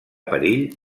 perill